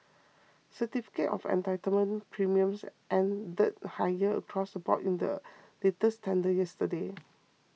certificate of entitlement premiums ended higher across the board in the latest tender yesterday